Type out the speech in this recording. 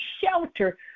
shelter